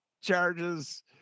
charges